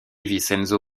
vincenzo